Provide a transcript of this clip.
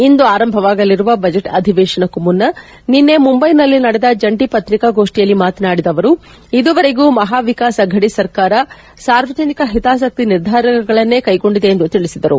ಇಂದು ಆರಂಭವಾಗಲಿರುವ ಬಜೆಟ್ ಅಧಿವೇಶನಕ್ಕೂ ಮುನ್ನ ನಿನ್ನೆ ಮುಂಬೈನಲ್ಲಿ ನಡೆದ ಜಂಟಿ ಪತ್ರಿಕಾಗೋಷ್ಠಿಯಲ್ಲಿ ಮಾತನಾಡಿದ ಅವರು ಇದುವರೆಗೂ ಮಹಾ ವಿಕಾಸ್ ಅಫಡಿ ಸರ್ಕಾರ ಸಾರ್ವಜನಿಕ ಹಿತಾಸಕ್ತಿ ನಿರ್ಧಾರಗಳನ್ನೇ ಕೈಗೊಂಡಿದೆ ಎಂದು ತಿಳಿಸಿದರು